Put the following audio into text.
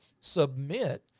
submit